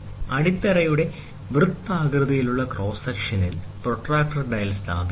അടിത്തറയുടെ വൃത്താകൃതിയിലുള്ള ക്രോസ് സെക്ഷനിൽ protractor dial സ്ഥാപിച്ചിരിക്കുന്നു